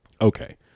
okay